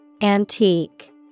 Antique